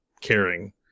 caring